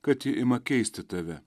kad ji ima keisti tave